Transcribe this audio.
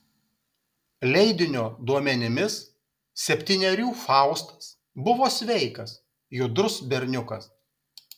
leidinio duomenimis septynerių faustas buvo sveikas judrus berniukas